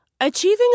Achieving